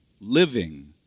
living